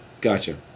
Gotcha